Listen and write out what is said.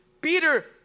Peter